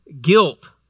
Guilt